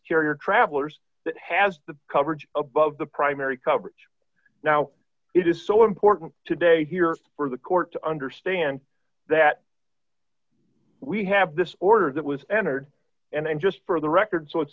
carrier travelers that has the coverage above the primary coverage now it is so important today here for the court to understand that we have this order that was entered and then just for the record so it's